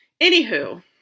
anywho